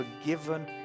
forgiven